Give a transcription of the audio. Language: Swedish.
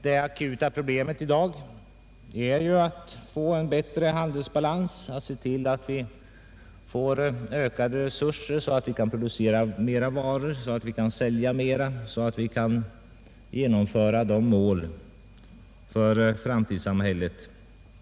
Det akuta problemet i dag är ju svårigheterna med handelsbalansen, och det gäller för oss att skapa ökade resurser så att vi kan producera mera varor att sälja, varigenom vi får förutsättningar att uppnå de mål vi satt upp för framtidssamhället.